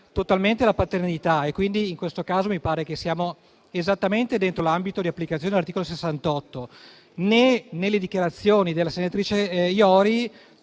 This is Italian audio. totalmente la paternità. Pertanto, in questo caso mi pare che siamo esattamente nell'ambito di applicazione dell'articolo 68. Tra l'altro, nelle dichiarazioni della senatrice Iori